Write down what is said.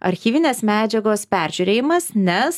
archyvinės medžiagos peržiūrėjimas nes